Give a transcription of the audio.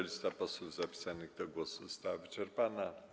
Lista posłów zapisanych do głosu została wyczerpana.